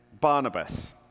barnabas